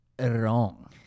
wrong